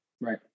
right